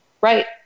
right